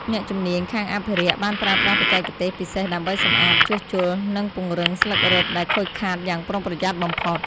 អ្នកជំនាញខាងអភិរក្សបានប្រើប្រាស់បច្ចេកទេសពិសេសដើម្បីសម្អាត ជួសជុល និងពង្រឹងស្លឹករឹតដែលខូចខាតយ៉ាងប្រុងប្រយ័ត្នបំផុត។